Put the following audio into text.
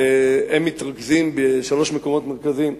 והם מתרכזים בשלושה מקומות מרכזיים.